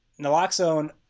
naloxone